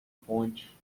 ponte